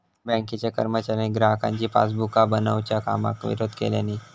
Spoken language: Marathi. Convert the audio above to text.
बँकेच्या कर्मचाऱ्यांनी ग्राहकांची पासबुका बनवच्या कामाक विरोध केल्यानी